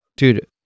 Dude